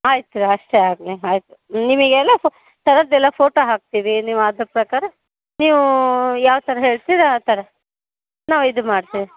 ಆಯ್ತು ರೀ ಅಷ್ಟೇ ಆಗಲಿ ಆಯ್ತು ನಿಮಗೆಲ್ಲ ಥರದ್ದೆಲ್ಲ ಫೋಟೋ ಹಾಕ್ತೀವಿ ನೀವು ಅದ್ರ ಪ್ರಕಾರ ನೀವು ಯಾವ ಥರ ಹೇಳ್ತೀರ ಆ ಥರ ನಾವಿದು ಮಾಡ್ತೀವಿ